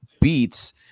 beats